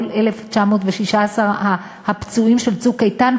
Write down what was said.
כל 1,916 הפצועים של "צוק איתן",